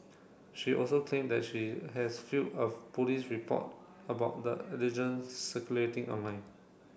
she also claimed that she has of police report about the circulating online